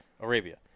Arabia